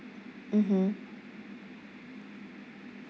mmhmm